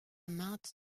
maintes